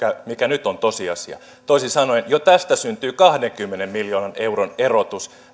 mikä nyt on tosiasia toisin sanoen jo tästä syntyy kahdenkymmenen miljoonan euron erotus